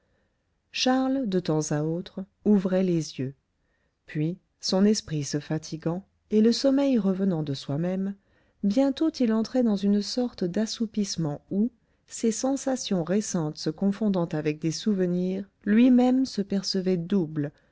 charles de temps à autre ouvrait les yeux puis son esprit se fatiguant et le sommeil revenant de soi-même bientôt il entrait dans une sorte d'assoupissement où ses sensations récentes se confondant avec des souvenirs lui-même se percevait double